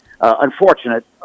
unfortunate